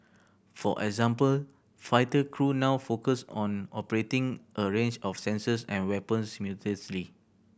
for example fighter crew now focus on operating a range of sensors and weapons simultaneously